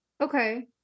Okay